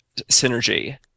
synergy